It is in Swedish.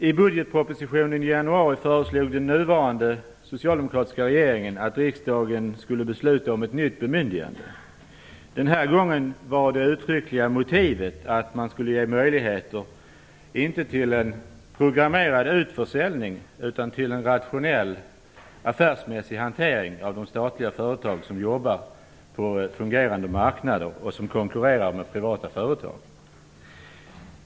I budgetpropositionen i januari föreslog den nuvarande socialdemokratiska regeringen att riksdagen skulle besluta om ett nytt bemyndigande. Den här gången var det uttryckliga motivet att man skulle ge möjligheter inte till en programmerad utförsäljning utan till en rationell, affärsmässig hantering av de statliga företag som jobbar på fungerande marknader och som konkurrerar med privata företag.